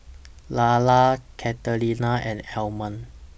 Layla Catalina and Armond